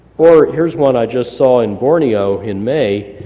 or here's one i just saw in borneo in may.